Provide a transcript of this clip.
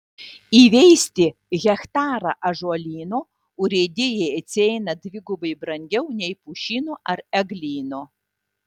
įveisti hektarą ąžuolyno urėdijai atsieina dvigubai brangiau nei pušyno ar eglyno